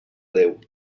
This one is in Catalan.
déu